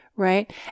Right